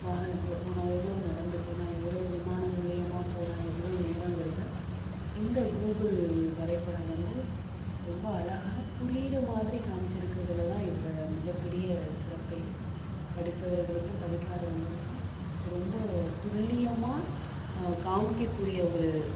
வாகனத்தில் போனால் எவ்வளோ நடந்து போனால் எவ்வளோ விமானம் மூலிம்மா போனால் எவ்வளோ நேரோங்கிறத இந்த கூகுள் வரைபடம் வந்து ரொம்ப அழகா புரிகிற மாதிரி காமிச்சிருக்கிறதுல தான் இதுல மிகபெரிய சிறப்பே படித்தவர்களுக்கும் படிக்காதவங்களும் ரொம்ப துல்லியமாக காமிக்க கூடிய ஒரு